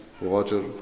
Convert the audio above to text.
water